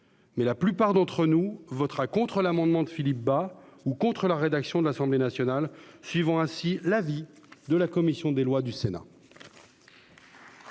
mais la plupart voteront contre l'amendement de Philippe Bas et contre la rédaction issue de l'Assemblée nationale, suivant en cela l'avis de la commission des lois du Sénat.